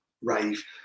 rave